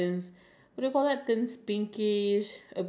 ya then the mostly the only purpose